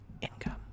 Income